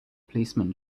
policeman